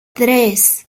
tres